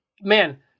Man